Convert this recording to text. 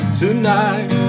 tonight